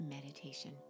Meditation